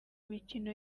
mikino